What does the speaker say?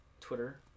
Twitter